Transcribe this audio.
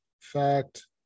fact